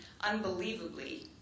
unbelievably